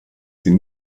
sie